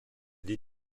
des